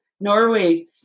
Norway